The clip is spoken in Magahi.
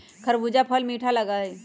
खरबूजा फल मीठा लगा हई